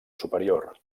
superior